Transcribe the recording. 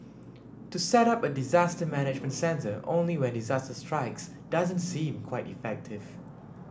to set up a disaster management centre only when disaster strikes doesn't seem quite effective